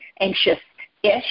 anxious-ish